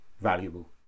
valuable